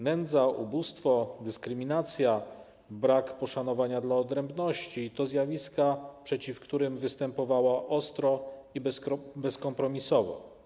Nędza, ubóstwo, dyskryminacja, brak poszanowania dla odrębności - to zjawiska, przeciw którym występowała ostro i bezkompromisowo.